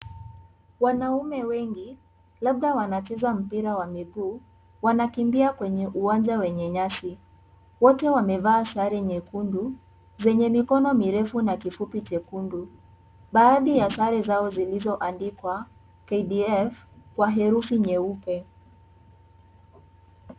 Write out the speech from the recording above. Wanaume wengi labda wanaocheza mpira wa miguu wanakimbia kwenye uwanja wenye nyasi . Wote wamevaa sare nyekundu zenye mikono mirefu na kifupi jekundu . Baadhi ya sare zao zilizoandikwa KDF Kwa herufi, nyeupe .